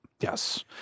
Yes